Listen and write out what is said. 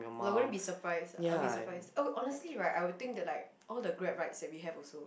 like I wouldn't be surprised I'll be surprised oh honestly right I would think that like all the Grab rides that we have also